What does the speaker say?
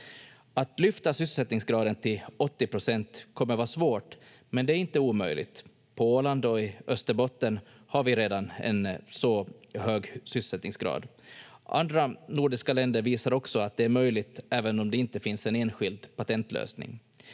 Att lyfta sysselsättningsgraden till 80 procent kommer vara svårt, men det är inte omöjligt. På Åland och i Österbotten har vi redan en så hög sysselsättningsgrad. Andra nordiska länder visar också att det är möjligt även om det inte finns en enskild patentlösning.